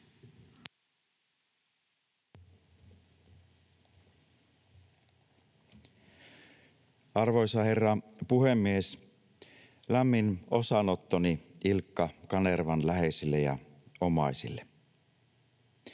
Arvoisa herra puhemies! Lämmin osanottoni Ilkka Kanervan läheisille ja omaisille.